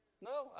No